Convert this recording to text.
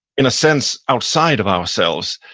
in a sense, outside of ourselves,